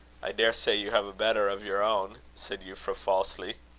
i daresay you have a better of your own, said euphra, falsely.